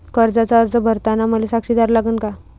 कर्जाचा अर्ज करताना मले साक्षीदार लागन का?